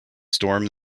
storm